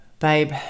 Babe